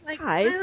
Hi